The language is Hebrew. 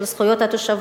של זכויות התושבים.